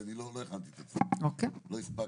לא הספקתי.